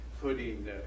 putting